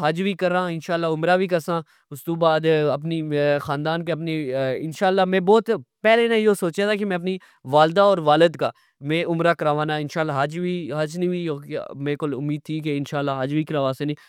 حج وی کرا انشااللہ عمرہ وی کرسا استو بعد اپنی خاندان کہ اپنی انشااللہ میں بوت پہلے نا یہ سوچیا سا کہ میں اپنی والدہ اور والد نا عمرہ کراواں نا انشااللہ حج وی حج نی وی امید تھئی کہ انشااللہ حج وی کراسن نی